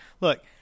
Look